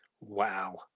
wow